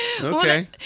Okay